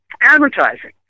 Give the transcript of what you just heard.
advertising